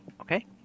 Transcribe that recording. Okay